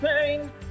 pain